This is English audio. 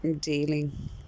dealing